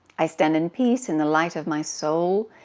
i stand in peace in the light of my soul.